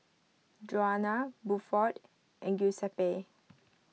Juana Buford and Giuseppe